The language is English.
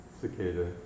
cicada